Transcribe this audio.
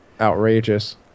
Outrageous